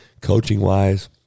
coaching-wise